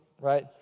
right